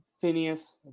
Phineas